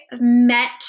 met